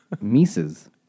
Mises